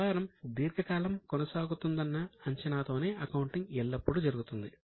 వ్యాపారం దీర్ఘకాలం కొనసాగుతుందన్న అంచనాతోనే అకౌంటింగ్ ఎల్లప్పుడూ జరుగుతుంది